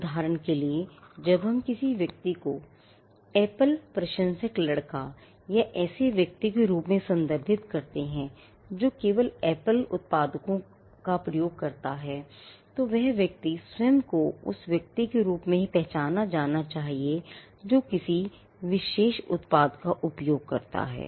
उदाहरण के लिए जब हम किसी व्यक्ति को Apple प्रशंसक लड़का या ऐसे व्यक्ति के रूप में संदर्भित करते हैं जो केवल Apple उत्पादों का उपयोग करता है तो वह व्यक्ति स्वयं को उस व्यक्ति के रूप में पहचाना जाना चाहता है जो किसी विशेष उत्पाद का उपयोग करता है